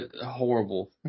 horrible